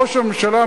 ראש הממשלה,